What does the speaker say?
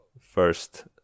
first